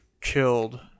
killed